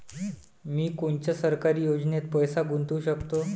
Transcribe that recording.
मी कोनच्या सरकारी योजनेत पैसा गुतवू शकतो?